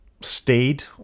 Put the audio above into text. stayed